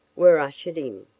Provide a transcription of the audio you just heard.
were ushered in.